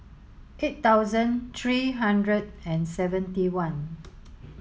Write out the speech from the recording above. eight thousand three hundred and seventy one